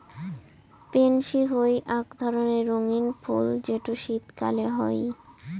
pansy হই আক ধরণের রঙ্গীন ফুল যেটো শীতকালে হই